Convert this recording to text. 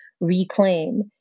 reclaim